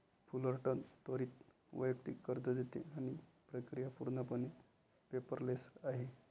Fullerton त्वरित वैयक्तिक कर्ज देते आणि प्रक्रिया पूर्णपणे पेपरलेस आहे